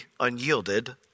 unyielded